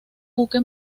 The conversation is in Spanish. buque